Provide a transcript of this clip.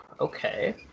Okay